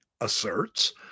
asserts